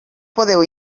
podeu